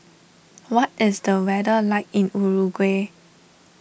what is the weather like in Uruguay